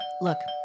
Look